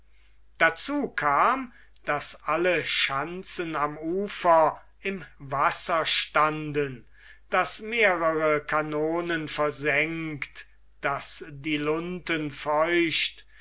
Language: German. dazu kam daß alle schanzen am ufer im wasser standen daß mehrere kanonen versenkt daß die lunten feucht